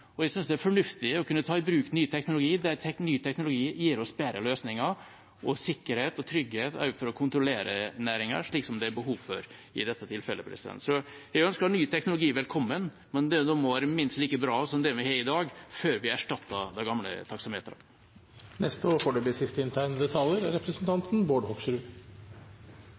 Jeg synes det er fornuftig å kunne ta i bruk ny teknologi der ny teknologi gir oss bedre løsninger og sikkerhet og trygghet også for å kontrollere næringen, slik som det er behov for i dette tilfellet. Jeg ønsker ny teknologi velkommen, men den må være minst like bra som den vi har i dag, før vi erstatter de gamle taksametrene. Det var litt herlig da representanten Langholm Hansen kom på talerstolen og